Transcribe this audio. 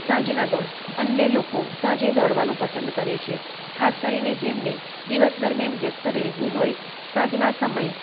સાંજના દોડ અન્ય લોકો સાંજે દોડવાનું પસંદ કરે છે ખાસ કરીને જેમને દિવસ દરમ્યાન વ્યસ્ત રહેવું હોય સાંજનાં સમય